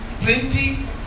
plenty